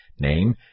name